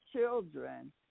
children